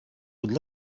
would